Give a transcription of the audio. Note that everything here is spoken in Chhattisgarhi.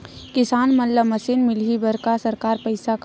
किसान मन ला मशीन मिलही बर सरकार पईसा का?